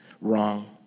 wrong